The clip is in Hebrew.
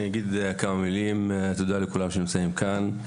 תודה לכל המשתתפים כאן.